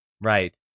right